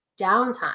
downtime